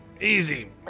Easy